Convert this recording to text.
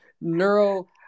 neuro